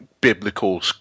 biblical